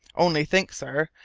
only think, sir,